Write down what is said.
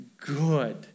good